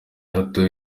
hato